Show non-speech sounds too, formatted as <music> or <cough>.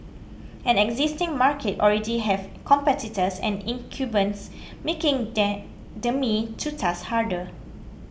an existing market already has competitors and incumbents making <unintelligible> the me too task harder